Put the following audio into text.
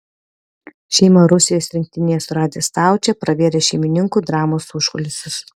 šeimą rusijos rinktinėje suradęs staučė pravėrė šeimininkų dramos užkulisius